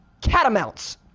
catamounts